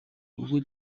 үгүй